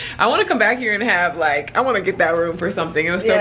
i want to come back here and have, like i want to get that room for something, it was so